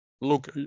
look